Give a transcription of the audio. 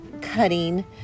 cutting